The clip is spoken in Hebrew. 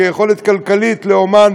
כיכולת כלכלית לאמן,